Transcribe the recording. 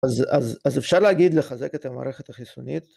‫אז אפשר להגיד לחזק ‫את המערכת החיסונית?